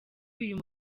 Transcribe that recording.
uyu